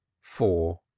four